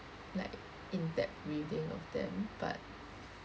like in-depth reading of them but